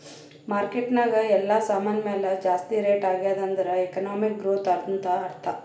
market ನಾಗ್ ಎಲ್ಲಾ ಸಾಮಾನ್ ಮ್ಯಾಲ ಜಾಸ್ತಿ ರೇಟ್ ಆಗ್ಯಾದ್ ಅಂದುರ್ ಎಕನಾಮಿಕ್ ಗ್ರೋಥ್ ಅಂತ್ ಅರ್ಥಾ